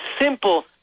simple